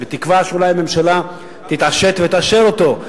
בתקווה שאולי הממשלה תתעשת ותאשר אותו,